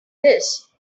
this